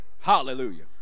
Hallelujah